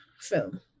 film